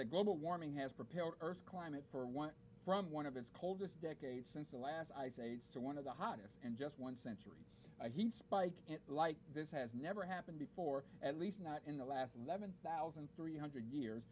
a global warming has propelled earth's climate for one from one of its coldest decade since the last ice age to one of the hottest in just one century spike like this has never happened before at least not in the last eleven thousand three hundred years